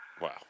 Wow